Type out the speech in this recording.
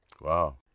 Wow